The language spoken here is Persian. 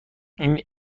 این